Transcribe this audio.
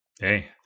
Hey